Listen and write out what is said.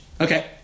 Okay